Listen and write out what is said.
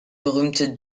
berühmte